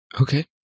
Okay